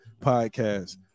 Podcast